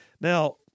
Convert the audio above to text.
Now